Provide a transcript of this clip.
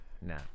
No